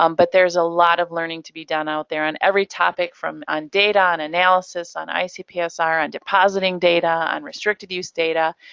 um but there's a lot of learning to be done out there on every topic from on data, on analysis, on icpsr, on depositing data, on restricted-use data.